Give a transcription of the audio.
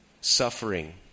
suffering